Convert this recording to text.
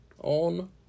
On